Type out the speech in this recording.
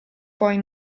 poi